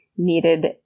needed